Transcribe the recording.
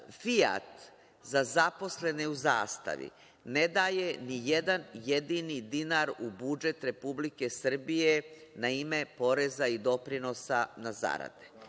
„Fijat“ za zaposlene u „Zastavi“ ne daje ni jedan jedini dinar u budžet Republike Srbije na ime poreza i doprinosa na zarade.Zašto?